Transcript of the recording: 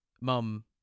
Mum